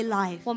life